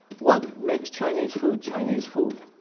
what makes chinese food chinese food?